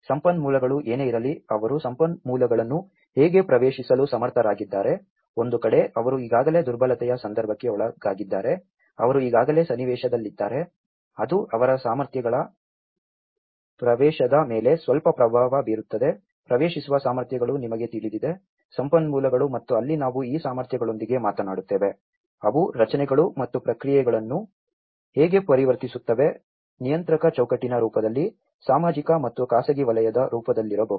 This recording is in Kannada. ಸಂಪನ್ಮೂಲಗಳು ಏನೇ ಇರಲಿ ಅವರು ಸಂಪನ್ಮೂಲಗಳನ್ನು ಹೇಗೆ ಪ್ರವೇಶಿಸಲು ಸಮರ್ಥರಾಗಿದ್ದಾರೆ ಒಂದು ಕಡೆ ಅವರು ಈಗಾಗಲೇ ದುರ್ಬಲತೆಯ ಸಂದರ್ಭಕ್ಕೆ ಒಳಗಾಗಿದ್ದಾರೆ ಅವರು ಈಗಾಗಲೇ ಸನ್ನಿವೇಶದಲ್ಲಿದ್ದಾರೆ ಅದು ಅವರ ಸಾಮರ್ಥ್ಯಗಳ ಪ್ರವೇಶದ ಮೇಲೆ ಸ್ವಲ್ಪ ಪ್ರಭಾವ ಬೀರುತ್ತದೆ ಪ್ರವೇಶಿಸುವ ಸಾಮರ್ಥ್ಯಗಳು ನಿಮಗೆ ತಿಳಿದಿದೆ ಸಂಪನ್ಮೂಲಗಳು ಮತ್ತು ಅಲ್ಲಿ ನಾವು ಈ ಸಾಮರ್ಥ್ಯಗಳೊಂದಿಗೆ ಮಾತನಾಡುತ್ತೇವೆ ಅವು ರಚನೆಗಳು ಮತ್ತು ಪ್ರಕ್ರಿಯೆಗಳನ್ನು ಹೇಗೆ ಪರಿವರ್ತಿಸುತ್ತವೆ ನಿಯಂತ್ರಕ ಚೌಕಟ್ಟಿನ ರೂಪದಲ್ಲಿ ಸಾರ್ವಜನಿಕ ಮತ್ತು ಖಾಸಗಿ ವಲಯದ ರೂಪದಲ್ಲಿರಬಹುದು